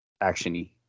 action-y